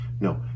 No